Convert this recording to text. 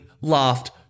laughed